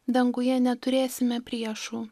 danguje neturėsime priešų